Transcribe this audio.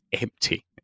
empty